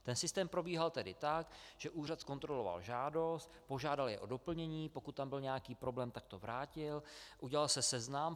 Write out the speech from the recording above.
Ten systém probíhal tedy tak, že úřad zkontroloval žádost, požádal je o doplnění, pokud tam byl nějaký problém, tak to vrátil, udělal se seznam.